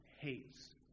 hates